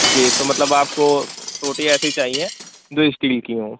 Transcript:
जी मतलब तो आपको टोंटियाँ ऐसी चाहिए जो स्टील की हों